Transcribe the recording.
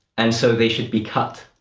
and so they should be cut.